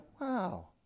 wow